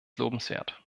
lobenswert